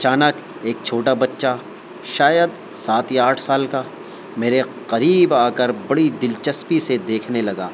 ا چانک ایک چھوٹا بچہ شاید سات یا آٹھ سال کا میرے قریب آ کر بڑی دلچسپی سے دیکھنے لگا